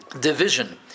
division